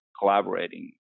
collaborating